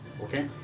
Okay